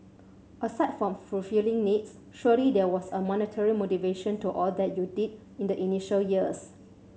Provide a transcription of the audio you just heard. aside from fulfilling needs surely there was a monetary motivation to all that you did in the initial years